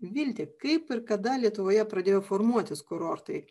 vilte kaip ir kada lietuvoje pradėjo formuotis kurortai